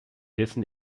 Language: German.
dessen